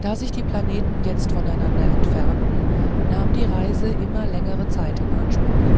da sich die planeten jetzt voneinander entfernten nahm die reise immer längere zeit in anspruch